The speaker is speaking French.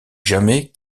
jamais